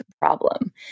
problem